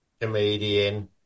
comedian